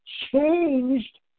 changed